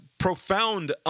profound